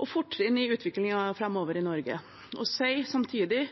og fortrinn i utviklingen framover i Norge og sier samtidig